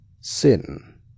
Sin